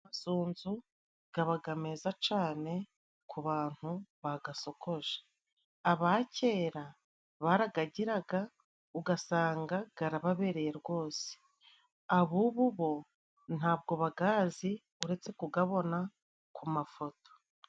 Amasunzu gabaga meza cane ku bantu bagasokoje. Aba kera baragagiraga ugasanga garababereye rwose. Ab'ubu bo ntabwo bagazi uretse kugabona ku mafoto.